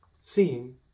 seeing